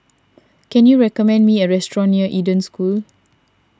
can you recommend me a restaurant near Eden School